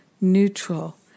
neutral